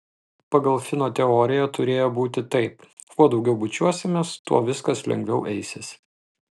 pagal fino teoriją turėjo būti taip kuo daugiau bučiuosimės tuo viskas lengviau eisis